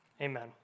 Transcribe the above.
Amen